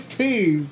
team